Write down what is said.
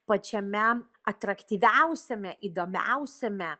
pačiame atraktyviausiame įdomiausiame